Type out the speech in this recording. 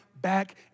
back